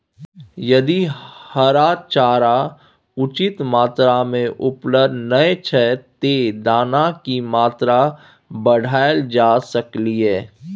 यदि हरा चारा उचित मात्रा में उपलब्ध नय छै ते दाना की मात्रा बढायल जा सकलिए?